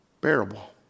bearable